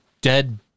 dead